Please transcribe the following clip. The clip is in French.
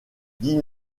dix